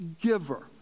giver